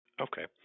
Okay